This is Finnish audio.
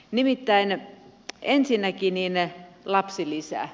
nimittäin ensinnäkin lapsilisä